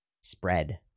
spread